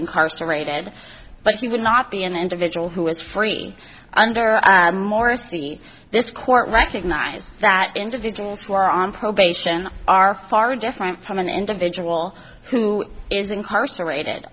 incarcerated but he would not be an individual who was free under morsi this court recognized that individuals who are on probation are far different from an individual who is incarcerated